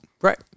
Right